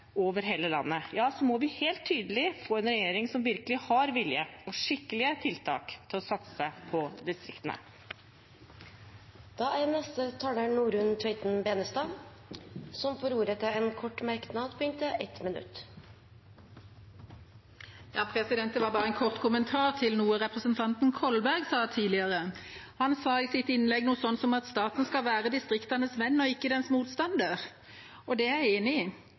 over hele landet, må vi helt tydelig få en regjering som virkelig har vilje – og skikkelige tiltak for å satse på distriktene. Representanten Norunn Tveiten Benestad har hatt ordet to ganger tidligere og får ordet til en kort merknad, begrenset til 1 minutt. Det var bare en kort kommentar til noe representanten Kolberg sa tidligere. Han sa i sitt innlegg noe sånt som at staten skal være distriktenes venn og ikke deres motstander, og det er jeg enig i.